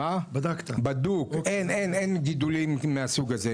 אין גידולים מהסוג הזה.